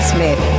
Smith